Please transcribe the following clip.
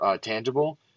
tangible